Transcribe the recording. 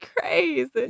crazy